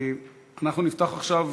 אנחנו נפתח עכשיו